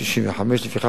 התשכ"ה 1965. לפיכך,